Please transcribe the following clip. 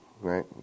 Right